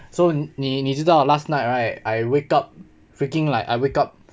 so 你你知道 last night right I wake up freaking like I wake up